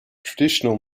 traditional